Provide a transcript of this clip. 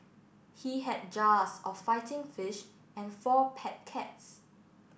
he had jars of fighting fish and four pet cats